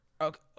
Okay